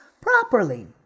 properly